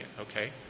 okay